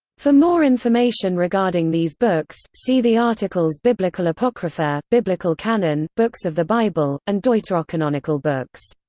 for more information regarding these books, see the articles biblical apocrypha, biblical canon, books of the bible, and deuterocanonical books.